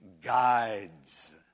guides